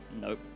nope